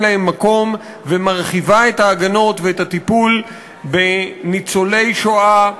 להן מקום ומרחיבה את ההגנות ואת הטיפול בניצולי שואה,